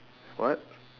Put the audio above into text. what